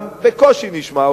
קולם בקושי נשמע.